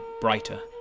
brighter